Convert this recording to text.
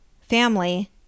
family